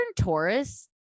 taurus